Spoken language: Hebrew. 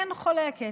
אין חולקת.